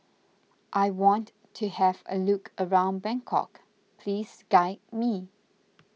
I want to have a look around Bangkok please guide me